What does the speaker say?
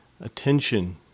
attention